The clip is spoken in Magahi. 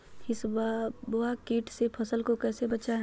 हिसबा किट से फसल को कैसे बचाए?